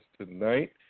tonight